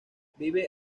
vive